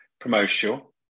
promotional